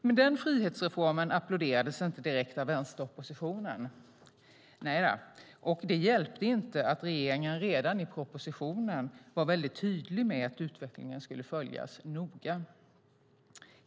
Men den frihetsreformen applåderades inte direkt av vänsteroppositionen - nejdå. Och det hjälpte inte att regeringen redan i propositionen var väldigt tydlig med att utvecklingen skulle följas noga.